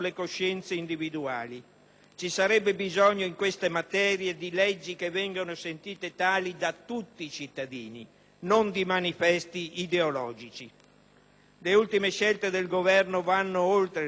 Ci sarebbe bisogno, in queste materie, di leggi che vengano sentite tali da tutti i cittadini, non di manifesti ideologici. Le ultime scelte del Governo vanno oltre le scelte di merito.